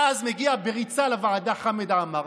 ואז מגיע בריצה לוועדה חמד עמאר,